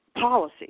policy